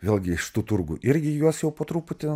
vėlgi iš tų turgų irgi juos jau po truputį